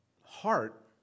heart